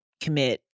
commit